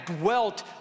dwelt